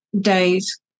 days